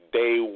day